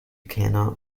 cannot